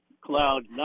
cloud